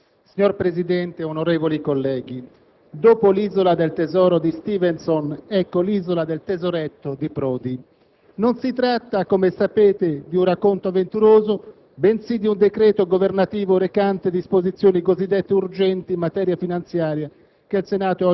Signor Presidente, onorevoli colleghi, dopo «L'isola del tesoro» di Stevenson, ecco «L'isola del tesoretto» di Prodi. Non si tratta, come sapete, di un racconto avventuroso, bensì di un decreto governativo recante disposizioni cosiddette urgenti in materia finanziaria,